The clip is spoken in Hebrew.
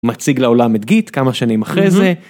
מציג לעולם את גיט כמה שנים אחרי זה.